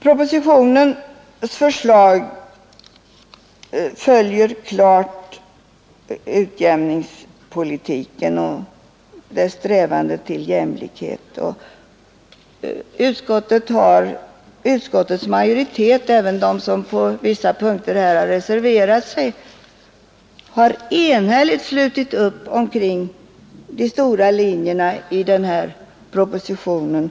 Propositionens förslag ligger helt i linje med utjämningspolitiken och strävandena till jämlikhet. Utskottets majoritet, även de som på vissa punkter har reserverat sig, har enhälligt slutit upp kring de stora linjerna i propositionen.